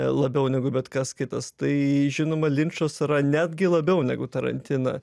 labiau negu bet kas kitas tai žinoma linčas yra netgi labiau negu tarantina